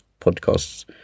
Podcasts